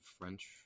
french